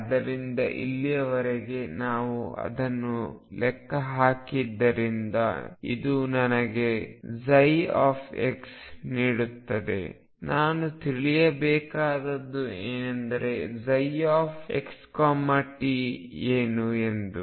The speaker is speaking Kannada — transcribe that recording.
ಆದ್ದರಿಂದ ಇಲ್ಲಿಯವರೆಗೆ ನಾವು ಅದನ್ನು ಲೆಕ್ಕ ಹಾಕಿದ್ದರಿಂದ ಇದು ನನಗೆ ψ ನೀಡುತ್ತದೆ ನಾನು ತಿಳಿಯಬೇಕಾದದ್ದು ಏನೆಂದರೆ xt ಏನು ಎಂದು